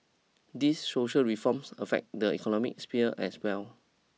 these social reforms affect the economic sphere as well